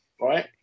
Right